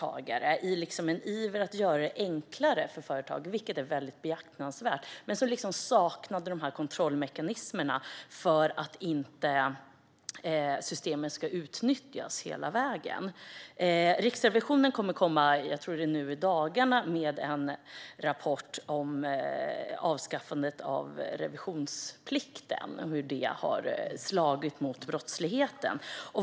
Detta skedde i en iver att göra det enklare för företag, vilket är behjärtansvärt, men det saknades kontrollmekanismer för att undvika att systemen utnyttjas hela vägen. Riksrevisionen kommer nu i dagarna, tror jag, att komma med en rapport om avskaffandet av revisionsplikten och vilka effekter detta har fått för brottsligheten.